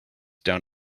down